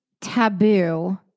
taboo